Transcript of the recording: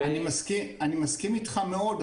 אני מסכים איתך מאוד,